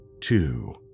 two